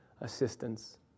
Assistance